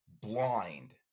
blind